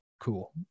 Cool